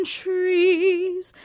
trees